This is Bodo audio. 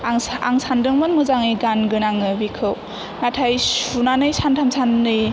आं सान्दोंमोन मोजाङै गानगोन आङो बेखौ नाथाय सुनानै सान्थाम साननै